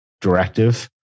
directive